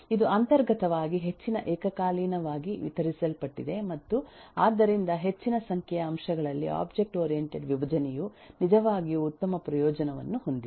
ಇದು ಅಂತರ್ಗತವಾಗಿ ಹೆಚ್ಚಿನ ಏಕಕಾಲೀನವಾಗಿ ವಿತರಿಸಲ್ಪಟ್ಟಿದೆ ಮತ್ತು ಆದ್ದರಿಂದ ಹೆಚ್ಚಿನ ಸಂಖ್ಯೆಯ ಅಂಶಗಳಲ್ಲಿ ಒಬ್ಜೆಕ್ಟ್ ಓರಿಯಂಟೆಡ್ ವಿಭಜನೆಯು ನಿಜವಾಗಿಯೂ ಉತ್ತಮ ಪ್ರಯೋಜನವನ್ನು ಹೊಂದಿದೆ